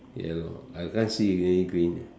yellow I can't see any green